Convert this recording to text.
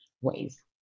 ways